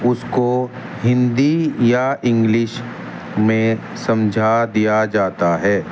اس کو ہندی یا انگلش میں سمجھا دیا جاتا ہے